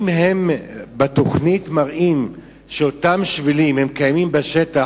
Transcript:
אם בתוכנית הם מראים שהשבילים קיימים בשטח,